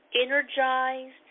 energized